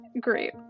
Great